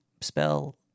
spell